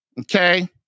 Okay